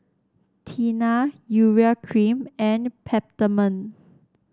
Tena Urea Cream and Peptamen